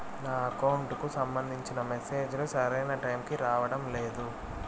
నా అకౌంట్ కు సంబంధించిన మెసేజ్ లు సరైన టైము కి రావడం లేదు